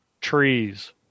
trees